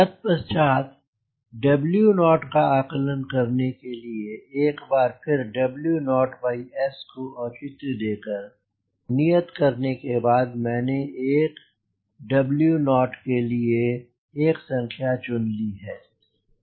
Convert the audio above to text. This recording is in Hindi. तत्पश्चात W0का आकलन करने के और एक बार W0S को औचित्य देकर नियत करने बाद मैंने एक W0 के लिए एक संख्या चुन ली है